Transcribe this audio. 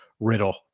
riddle